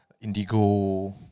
indigo